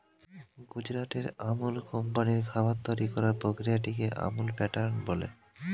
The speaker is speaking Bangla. গুজরাটের আমুল কোম্পানির খাবার তৈরি করার প্রক্রিয়াটিকে আমুল প্যাটার্ন বলে